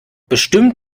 bestimmt